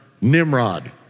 Nimrod